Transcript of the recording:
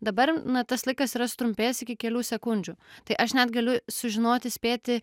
dabar na tas laikas yra sutrumpėjęs iki kelių sekundžių tai aš net galiu sužinoti spėti